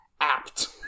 apt